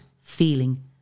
feeling